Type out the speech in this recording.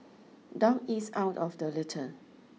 dog eats out of the litter